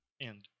End